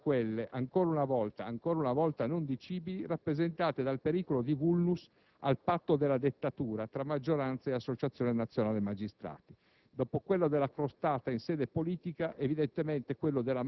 della timorosa retromarcia della maggioranza sono in realtà quelle, ancora una volta non dicibili, rappresentate dal pericolo di *vulnus* al "patto della dettatura" tra maggioranza e Associazione nazionale magistrati